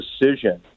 decision